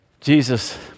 Jesus